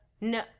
no